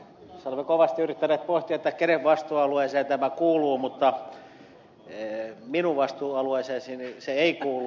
olemme kovasti yrittäneet pohtia kenen vastuualueeseen tämä kuuluu mutta minun vastuualueeseeni se ei kuulu